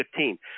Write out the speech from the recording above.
2015